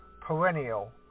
perennial